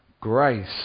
grace